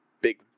big